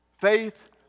Faith